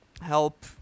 help